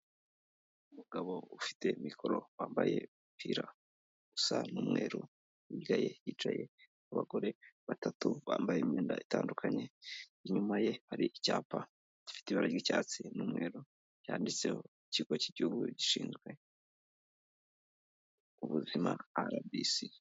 Umugabo ufite mikoro wambaye umupira usa n'umweru, hirya ye hicaye abagore batatu bambaye imyenda itandukanye, inyuma ye hari icyapa gifite ibara ry'icyatsi n'umweru cyanditseho ikigo cy'igihugu gishinzwe ubuzima RBC.